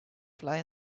fly